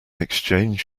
exchange